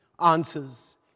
answers